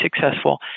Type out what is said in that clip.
successful